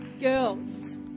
Girls